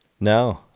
No